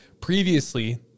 Previously